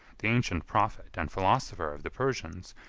the ancient prophet and philosopher of the persians,